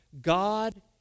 God